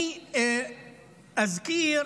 אני אזכיר